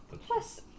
Plus